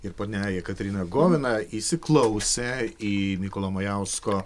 ir ponia jekaterina govina įsiklausė į mykolo majausko